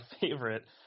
favorite